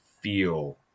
feel